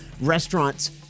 restaurants